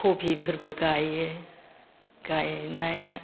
खफिफोरबो गाइयो गाइनाया